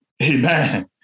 Amen